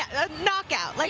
a knockout. like